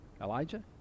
Elijah